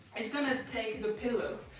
bis gonna take the pillow,